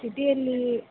ಸಿಟಿಯಲ್ಲಿ